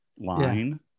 line